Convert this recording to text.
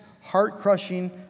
heart-crushing